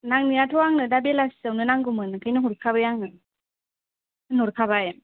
नांनायाथ' आंनो दा बेलासिआवनो नांगौ मोन आंखायनो हरखाबाय आङो होनहरखाबाय